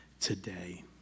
today